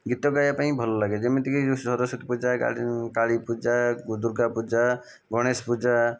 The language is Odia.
ଗୀତ ଗାଇବା ପାଇଁ ଭଲ ଲାଗେ ଯେମିତିକି ଯେଉଁ ସରସ୍ଵତୀ ପୂଜା କାଳୀ ପୂଜା ଦୂର୍ଗା ପୂଜା ଗଣେଶ ପୂଜା